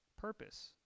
purpose